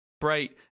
Bright